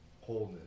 wholeness